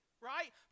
right